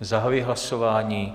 Zahajuji hlasování.